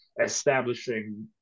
establishing